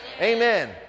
Amen